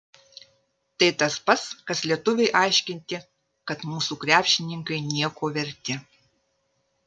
tai tas pats kas lietuviui aiškinti kad mūsų krepšininkai nieko verti